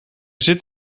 zit